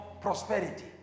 prosperity